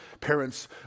parents